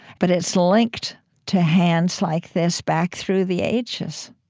but it's linked to hands like this back through the ages.